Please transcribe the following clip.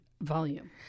volume